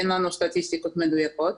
אין לנו סטטיסטיקות מדויקות,